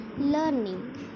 learning